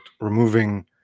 removing